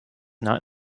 not